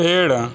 पेड़